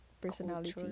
personality